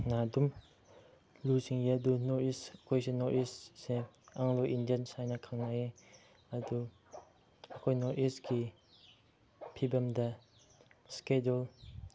ꯅ ꯑꯗꯨꯝ ꯂꯨꯆꯤꯡꯉꯦ ꯑꯗꯨ ꯅꯣꯔꯠ ꯏꯁ ꯑꯩꯈꯣꯏꯁꯦ ꯅꯣꯔꯠ ꯏꯁꯁꯦ ꯑꯪꯒ꯭ꯂꯣ ꯏꯟꯗꯤꯌꯥꯟꯁ ꯍꯥꯏꯅ ꯈꯪꯅꯩ ꯑꯗꯨ ꯑꯩꯈꯣꯏ ꯅꯣꯔꯠ ꯏꯁꯀꯤ ꯐꯤꯕꯝꯗ ꯁꯦꯗꯨꯜ